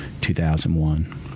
2001